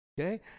Okay